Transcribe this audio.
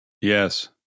Yes